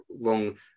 wrong